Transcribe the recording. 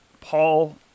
Paul